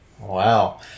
Wow